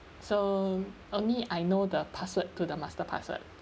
so only I know the password to the master password